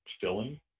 filling